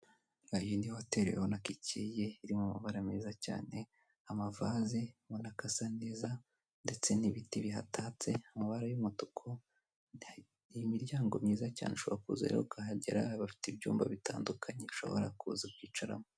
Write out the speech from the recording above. Iyi ni hoteli urabona ko ikeye iri mu mabara meza cyane, amavaze ubona ko akasa neza, ndetse n'ibiti bihatatse amabara y'umutuku, imiryango myiza cyane ushobora kuza rero ukahagera bafite ibyumba bitandukanye, ushobora kuza ukicaramo.